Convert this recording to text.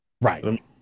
Right